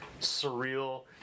surreal